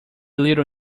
little